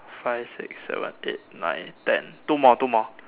five six seven eight nine ten two more two more